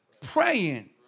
praying